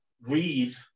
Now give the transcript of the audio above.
read